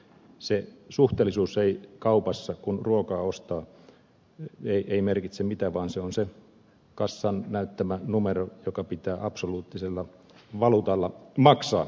se suhteellisuus ei kaupassa kun ruokaa ostaa merkitse mitään vaan se on se kassan näyttämä numero joka pitää absoluuttisella valuutalla maksaa